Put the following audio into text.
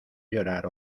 llorar